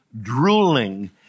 drooling